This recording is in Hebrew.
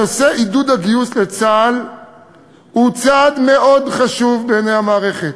נושא עידוד הגיוס לצה"ל הוא צעד מאוד חשוב בעיני המערכת,